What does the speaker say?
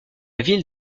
ville